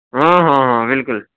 ہاں ہاں ہاں ہاں بالکل